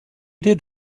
did